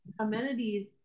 amenities